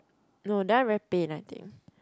no they are very pain I think